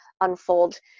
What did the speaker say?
unfold